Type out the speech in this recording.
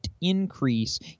increase